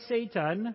Satan